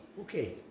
Okay